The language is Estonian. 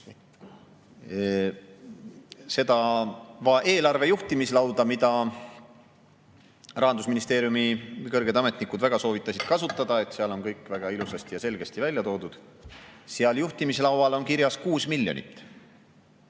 lisaaeg kolm minutit! … mida Rahandusministeeriumi kõrged ametnikud väga soovitasid kasutada, et seal olevat kõik väga ilusasti ja selgesti välja toodud. Seal juhtimislaual on kirjas 6 miljonit.